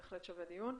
בהחלט שווה דיון.